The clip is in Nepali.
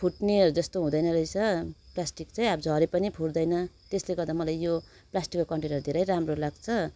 फुट्नेहरू जस्तो हुँदैनरहेछ प्लास्टिक चाहिँ अब झरे पनि फुट्दैन त्यसले गर्दा मलाई यो प्लास्टिकको कन्टेनरहरू धेरै राम्रो लाग्छ